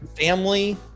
family